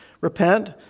Repent